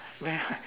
very high